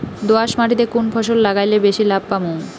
দোয়াস মাটিতে কুন ফসল লাগাইলে বেশি লাভ পামু?